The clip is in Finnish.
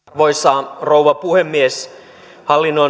arvoisa rouva puhemies